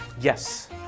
yes